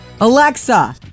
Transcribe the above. Alexa